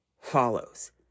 follows